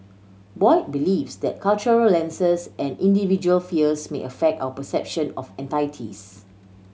Boyd believes that cultural lenses and individual fears may affect our perception of entities